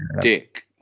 dick